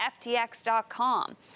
FTX.com